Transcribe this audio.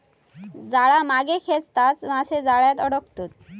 जाळा मागे खेचताच मासे जाळ्यात अडकतत